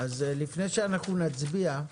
לפני שנצביע.